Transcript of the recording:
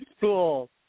Cool